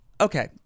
Okay